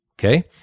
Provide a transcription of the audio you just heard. okay